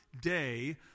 day